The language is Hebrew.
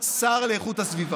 שר לאיכות הסביבה,